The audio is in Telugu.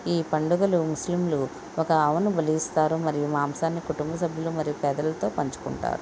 ఈ పండుగలో ముస్లింలు ఒక ఆవును బలి ఇస్తారు మరియు మాంసాన్ని కుటుంబ సభ్యులు మరియు ప్రజలతో పంచుకుంటారు